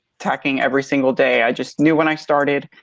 tacking every single day. i just knew when i started.